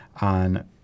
on